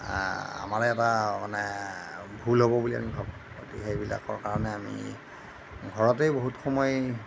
আমাৰে এটা মানে ভুল হ'ব বুলি আমি ভাবোঁ সেইবিলাকৰ কাৰণে আমি ঘৰতেই বহুত সময়